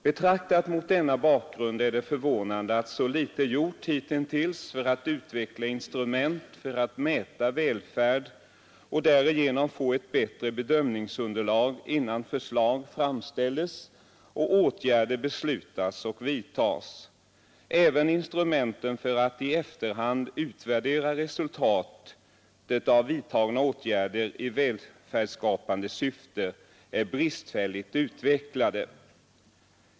Betraktat mot denna bakgrund är det förvånande att så litet gjorts hitintills för att utveckla instrument för att mäta välfärd och därigenom få ett bättre bedömningsunderlag innan förslag framställs och åtgärder beslutas och vidtas. Även instrumenten för att i efterhand utvärdera resultatet av vidtagna åtgärder i välfärdsskapande syfte är bristfälligt utvecklade.